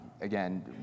again